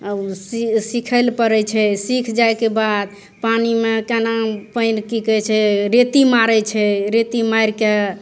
C सिखैलए पड़ै छै सिखि जाएके बाद पानिमे कोना पानि कि कहै छै रेती मारै छै रेती मारिके